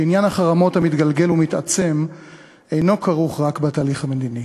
שעניין החרמות המתגלגל ומתעצם אינו כרוך רק בתהליך המדיני,